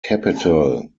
capital